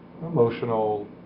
emotional